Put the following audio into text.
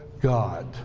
God